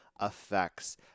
effects